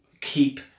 keep